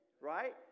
right